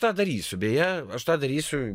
tą darysiu beje aš tą darysiu